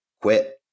quit